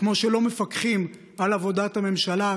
כמו שלא מפקחים על עבודת הממשלה,